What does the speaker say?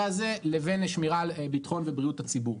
הזה לבין שמירה על בטחון ובריאות הציבור.